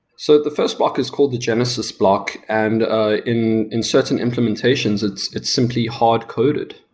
so the first block is called the genesis block. and ah in in certain implementations, it's it's simply hard-coded.